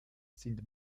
sind